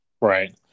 right